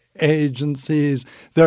agencies